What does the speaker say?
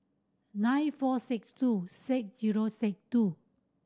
nine four six two six zero six two